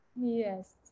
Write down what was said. yes